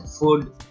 food